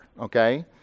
okay